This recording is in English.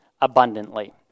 abundantly